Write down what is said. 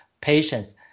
patients